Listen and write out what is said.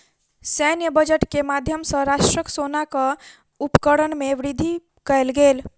सैन्य बजट के माध्यम सॅ राष्ट्रक सेनाक उपकरण में वृद्धि कयल गेल